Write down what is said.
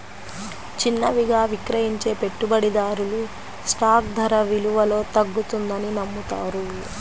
చిన్నవిగా విక్రయించే పెట్టుబడిదారులు స్టాక్ ధర విలువలో తగ్గుతుందని నమ్ముతారు